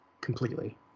completely